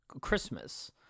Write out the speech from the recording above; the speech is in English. Christmas